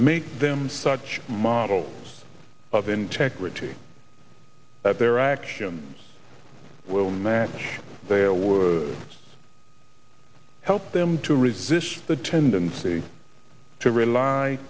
make them such models of integrity that their actions will match they help them to resist the tendency to rely